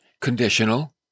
conditional